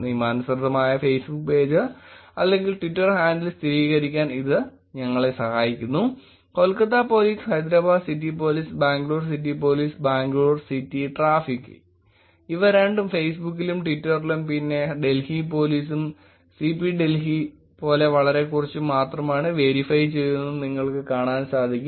നിയമാനുസൃതമായ Facebook page അല്ലെങ്കിൽ Twitter handle സ്ഥിരീകരിക്കാൻ ഇത് ഞങ്ങളെ സഹായിക്കുന്നു Kolkata police Hyderabad city police Bangalore city police Bangalore city traffic ഇവ രണ്ടും ഫെയ്സ്ബുക്കിലും ട്വിറ്ററിലും പിന്നെ ഡൽഹി പോലീസും സി പി ഡൽഹി പോലെ വളരെക്കുറച്ച് മാത്രമാണ് വെരിഫൈ ചെയ്തതെന്ന് നിങ്ങൾക്ക് കാണാൻ സാധിക്കും